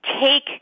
take